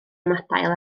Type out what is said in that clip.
ymadael